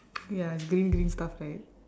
ya it's green green stuff right